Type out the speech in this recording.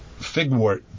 Figwort